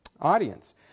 audience